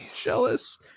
jealous